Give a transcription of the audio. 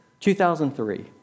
2003